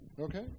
Okay